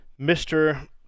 Mr